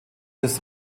des